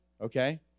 Okay